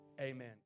amen